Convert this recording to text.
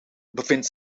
bevindt